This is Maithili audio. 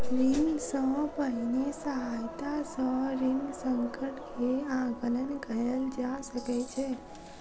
ऋण सॅ पहिने सहायता सॅ ऋण संकट के आंकलन कयल जा सकै छै